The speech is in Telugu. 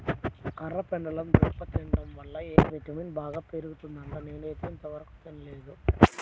కర్రపెండలం దుంప తింటం వల్ల ఎ విటమిన్ బాగా పెరుగుద్దంట, నేనైతే ఇంతవరకెప్పుడు తినలేదు